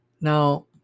Now